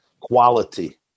quality